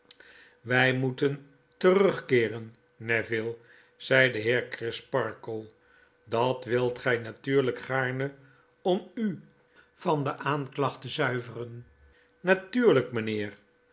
wij moeten terugkeeren neville zei de heer crisparkle dat wilt gij natuurlijk gaarne om u van de aanklacht te zuiveren natuurlijk mijnheer